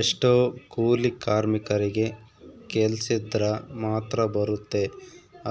ಎಷ್ಟೊ ಕೂಲಿ ಕಾರ್ಮಿಕರಿಗೆ ಕೆಲ್ಸಿದ್ರ ಮಾತ್ರ ಬರುತ್ತೆ